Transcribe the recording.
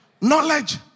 Knowledge